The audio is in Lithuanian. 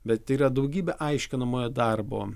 bet yra daugybė aiškinamojo darbo